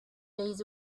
days